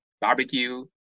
barbecue